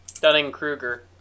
Dunning-Kruger